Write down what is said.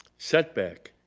setback.